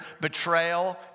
betrayal